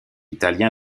italiens